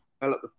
develop